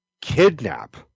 kidnap